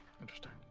Interesting